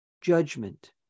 judgment